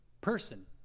person